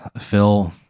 Phil